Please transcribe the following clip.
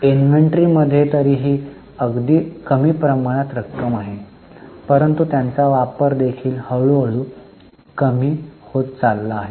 इन्व्हेन्ट्रीमध्ये तरीही अगदी कमी प्रमाणात रक्कम आहे परंतु त्यांचा व्यापार देखील हळूहळू कमी होत चालला आहे